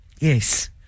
Yes